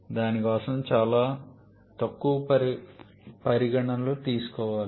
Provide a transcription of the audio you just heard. దాని కోసం చాలా తక్కువ పరిగణనలు తీసుకోవాలి